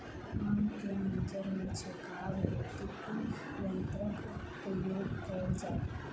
आम केँ मंजर मे छिड़काव हेतु कुन यंत्रक प्रयोग कैल जाय?